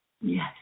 Yes